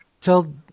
tell